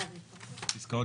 בגלל